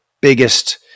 biggest